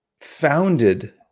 founded